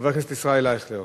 חבר הכנסת ישראל אייכלר,